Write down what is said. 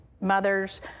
mothers